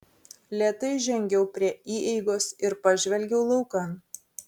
lėtai žengiau prie įeigos ir pažvelgiau laukan